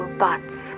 buts